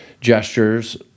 gestures